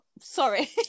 sorry